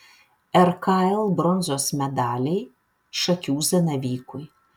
rkl bronzos medaliai šakių zanavykui